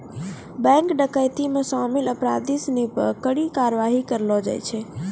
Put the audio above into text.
bank डकैती मे शामिल अपराधी सिनी पे कड़ी कारवाही करलो जाय छै